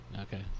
Okay